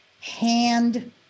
hand